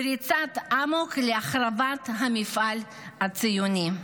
בריצת אמוק להחרבת המפעל הציוני.